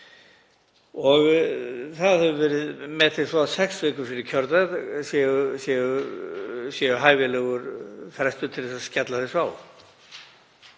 Það hefur verið metið svo að sex vikur fyrir kjördag séu hæfilegur frestur til að skella þessu á.